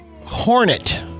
Hornet